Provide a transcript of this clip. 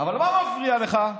אבל מה מפריע לך?